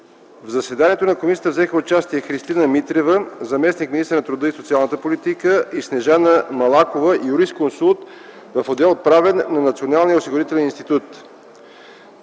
В заседанието на Комисията взеха участие: Христина Митрева - заместник-министър на труда и социалната политика, и Снежана Малакова – юрисконсулт в отдел „Правен” на Националния осигурителен институт.